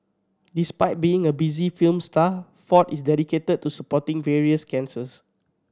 despite being a busy film star Ford is dedicated to supporting various cancers